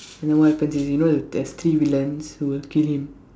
and then what happen to him you know there's three villains who will kill him